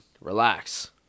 relax